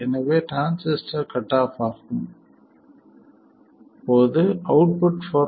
எனவே transistor cut off ஆகும் போது அவுட்புட் 4